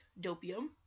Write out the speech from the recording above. Dopium